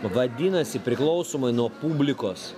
vadinasi priklausomai nuo publikos